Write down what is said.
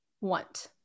want